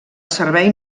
servei